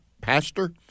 pastor